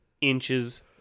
inches